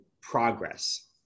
progress